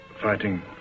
fighting